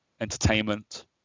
entertainment